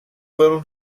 fueron